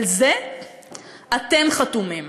על זה אתם חתומים.